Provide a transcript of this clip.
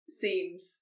seems